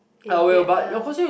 in Vietnam